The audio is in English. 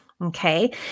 Okay